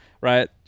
right